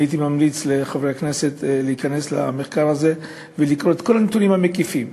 אני ממליץ לחברי הכנסת להיכנס למחקר הזה ולקרוא את כל הנתונים המקיפים.